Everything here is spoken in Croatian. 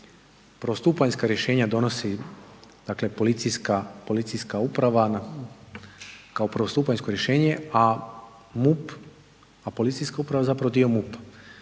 prvostupanjska rješenja donosi policijska uprava kao prvostupanjsko rješenje, a policijska uprava je zapravo dio MUP-a.